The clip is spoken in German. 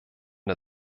der